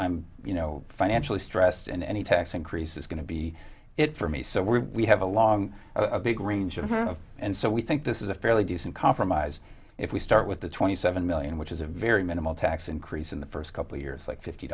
i'm you know financially stressed and any tax increase is going to be it for me so we have a long a big range of and so we think this is a fairly decent compromise if we start with the twenty seven million which is a very minimal tax increase in the first couple years like fifty